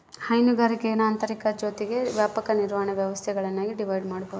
ಹೈನುಗಾರಿಕೇನ ಆಂತರಿಕ ಜೊತಿಗೆ ವ್ಯಾಪಕ ನಿರ್ವಹಣೆ ವ್ಯವಸ್ಥೆಗುಳ್ನಾಗಿ ಡಿವೈಡ್ ಮಾಡ್ಬೋದು